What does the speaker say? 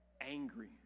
angry